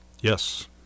Yes